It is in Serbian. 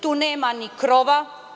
Tu nema ni krova.